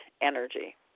energy